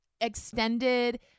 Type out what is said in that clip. extended